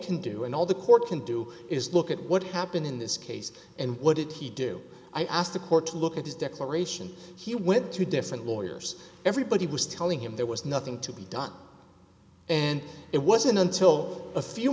can do and all the court can do is look at what happened in this case and what did he do i asked the court to look at his declaration he went to different lawyers everybody was telling him there was nothing to be done and it wasn't until a few